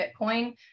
Bitcoin